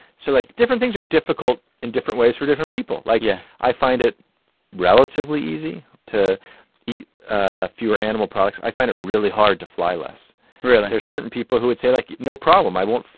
so, like, different things are difficult in different ways for different people. like. yeah. i find it relatively easy to eat ah fewer animal products. i find it really hard to fly less really? there's certain people who would say, like, no problem. i won't,